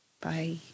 Bye